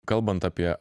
kalbant apie